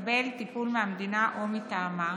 לקבל טיפול מהמדינה או מטעמה,